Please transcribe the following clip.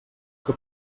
que